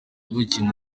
yavukiye